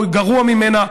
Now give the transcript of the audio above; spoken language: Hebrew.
או גרוע ממנה,